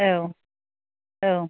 औ औ